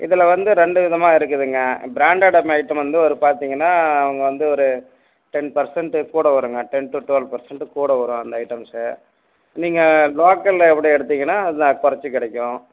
இதில் வந்து ரெண்டு விதமாக இருக்குதுங்க ப்ராண்டட் ஐட்டம் வந்து ஒரு பார்த்திங்கன்னா அவங்க வந்து ஒரு டென் பர்சன்ட் கூட வருங்க டென் டூ டுவல் பர்சன்ட் கூட வரும் அந்த ஐட்டம்ஸ் நீங்கள் லோக்கலில் எப்படி எடுத்தீங்கன்னா குறச்சி கிடைக்கும்